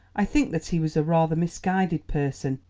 i think that he was a rather misguided person.